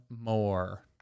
more